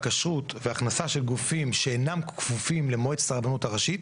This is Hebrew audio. הכשרות והכנסה של גופים שאינם כפופים למועצת הרבנות הראשית,